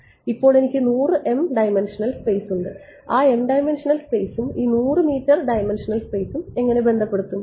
ഇപ്പോൾ എനിക്ക് 100 m dimensional space ഉണ്ട് ആ m ഡൈമൻഷണൽ സ്പേസും ഈ 100 മീറ്റർ ഡൈമൻഷണൽ സ്പേസും എങ്ങനെ ബന്ധപ്പെടുത്തും